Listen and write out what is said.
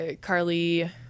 Carly